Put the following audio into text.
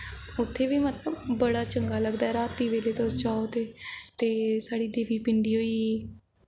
उत्थै बी मतलब बड़ा चंगा लगदा ऐ रातीं बेल्ले तुस जाओ ते ते साढ़ी देवी पिंडी होई